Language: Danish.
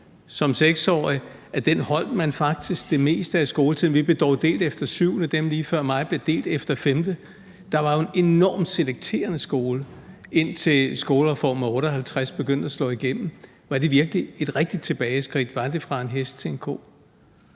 som 6-årig. Den holdt man faktisk fast i det meste af skoletiden. Vi blev dog delt efter 7. klasse. Dem lige før mig blev delt efter 5. klasse. Det var jo en enormt selekterende skole, indtil skolereformen af 1958 begyndte at slå igennem. Var det virkelig et rigtig tilbageskridt, var det fra en hest til en ko?